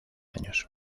años